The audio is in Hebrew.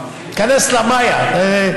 תיכנס למאיה.